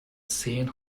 zehn